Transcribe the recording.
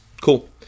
Cool